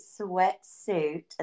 sweatsuit